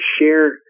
share